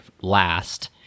last